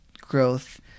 growth